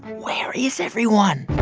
where is everyone?